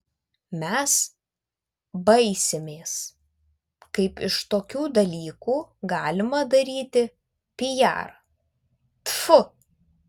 mes baisimės kaip iš tokių dalykų galima daryti pijarą tfu